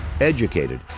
Educated